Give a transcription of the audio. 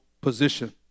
position